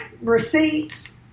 Receipts